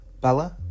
Bella